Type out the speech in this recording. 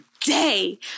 day